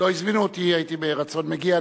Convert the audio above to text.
לא הזמינו אותי, הייתי ברצון מגיע.